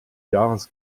jahrgangs